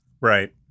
Right